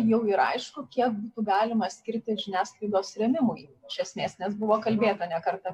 jau ir aišku kiek būtų galima skirti žiniasklaidos rėmimui iš esmės nes buvo kalbėta ne kartą